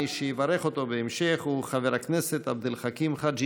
מי שיברך אותו בהמשך הוא חבר הכנסת עבד אל חכים חאג'